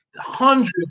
hundreds